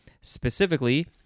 Specifically